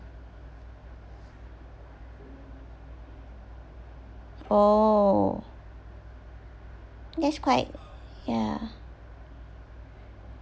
oh that's quite ya